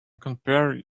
compare